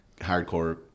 hardcore